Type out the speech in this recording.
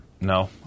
no